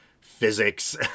physics